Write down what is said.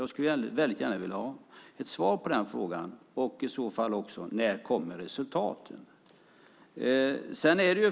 Jag skulle gärna vilja ha ett svar på den frågan och i så fall också om när resultaten kommer.